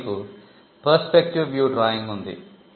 ఇక్కడ మీకు perspective view drawing ఉంది